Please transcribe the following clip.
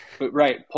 Right